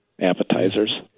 appetizers